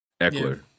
Eckler